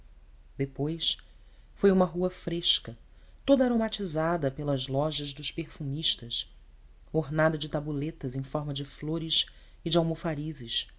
depois foi uma rua fresca toda aromatizada pelas lojas dos perfumistas ornadas de tabuletas em forma de flores e de